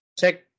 check